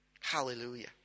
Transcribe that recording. Hallelujah